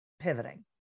pivoting